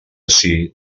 ací